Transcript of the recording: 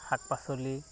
শাক পাচলি